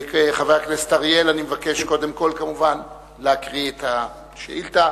חבר הכנסת אריאל, אני מבקש להקריא את השאילתא.